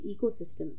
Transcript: ecosystems